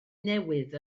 newydd